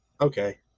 okay